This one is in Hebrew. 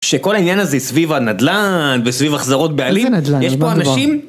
שכל העניין הזה סביב הנדל"ן, וסביב החזרות בעלים, יש פה אנשים...